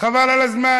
חבל על הזמן,